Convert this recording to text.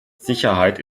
sicherheit